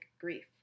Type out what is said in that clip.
grief